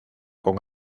con